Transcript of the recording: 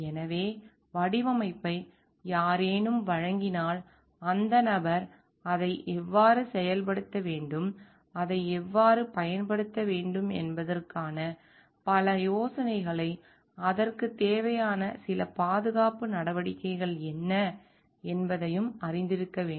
எனவே வடிவமைப்பை யாரேனும் வழங்கினால் அந்த நபர் அதை எவ்வாறு செயல்படுத்த வேண்டும் அதை எவ்வாறு பயன்படுத்த வேண்டும் என்பதற்கான சில யோசனைகள் அதற்குத் தேவையான பாதுகாப்பு நடவடிக்கைகள் என்ன என்பதை அறிந்திருக்க வேண்டும்